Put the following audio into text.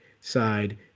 side